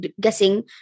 guessing